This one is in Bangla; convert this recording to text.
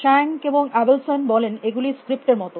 স্কাঁক এবং আবেল্সন বলেন এগুলি স্ক্রিপ্ট এর মত